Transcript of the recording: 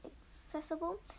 accessible